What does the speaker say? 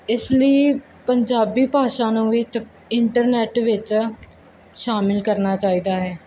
ਇਸ ਲਈ ਪੰਜਾਬੀ ਭਾਸ਼ਾ ਨੂੰ ਵੀ ਇੰਟਰਨੈਟ ਵਿੱਚ ਸ਼ਾਮਿਲ ਕਰਨਾ ਚਾਹੀਦਾ ਹੈ